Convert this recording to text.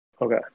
Okay